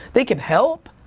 they can help.